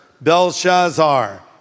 Belshazzar